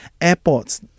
airports